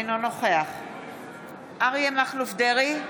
אינו נוכח אריה מכלוף דרעי,